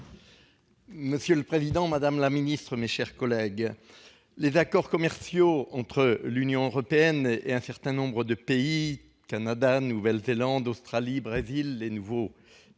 Monsieur le président, madame la secrétaire d'État, mes chers collègues, les accords commerciaux entre l'Union européenne et un certain nombre de pays- Canada, Nouvelle-Zélande, Australie, Brésil -posent le